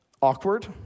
awkward